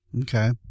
Okay